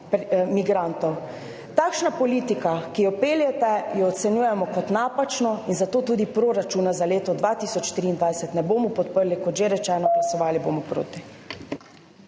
Takšno politiko, ki jo peljete, ocenjujemo kot napačno in zato tudi proračuna za leto 2023 ne bomo podprli. Kot že rečeno, glasovali bomo proti.